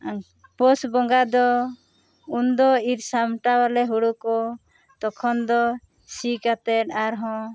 ᱯᱩᱥ ᱵᱚᱸᱜᱟ ᱫᱚ ᱩᱱ ᱫᱚ ᱤᱨ ᱥᱟᱢᱴᱟᱣ ᱟᱞᱮ ᱦᱳᱲᱳ ᱠᱚ ᱛᱚᱠᱷᱚᱱ ᱫᱚ ᱥᱤ ᱠᱟᱛᱮᱜ ᱟᱨᱦᱚᱸ